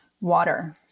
water